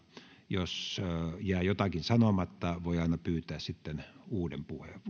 jos jää jotakin sanomatta voi aina pyytää sitten uuden puheenvuoron